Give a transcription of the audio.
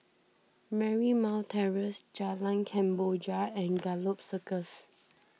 Marymount Terrace Jalan Kemboja and Gallop Circus